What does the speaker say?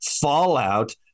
fallout